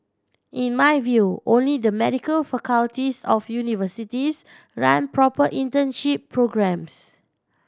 in my view only the medical faculties of universities run proper internship programmes